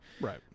Right